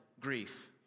grief